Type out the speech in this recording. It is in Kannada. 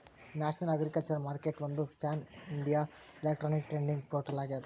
ನ್ಯಾಷನಲ್ ಅಗ್ರಿಕಲ್ಚರ್ ಮಾರ್ಕೆಟ್ಒಂದು ಪ್ಯಾನ್ಇಂಡಿಯಾ ಎಲೆಕ್ಟ್ರಾನಿಕ್ ಟ್ರೇಡಿಂಗ್ ಪೋರ್ಟಲ್ ಆಗ್ಯದ